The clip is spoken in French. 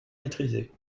maîtrisée